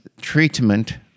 treatment